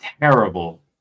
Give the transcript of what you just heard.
terrible